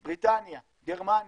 בריטניה, גרמניה.